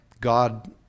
God